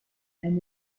and